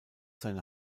seine